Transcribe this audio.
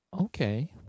Okay